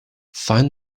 find